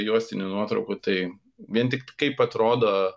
juostinių nuotraukų tai vien tik kaip atrodo